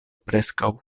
preskaŭ